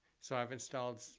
so i've installed,